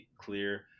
clear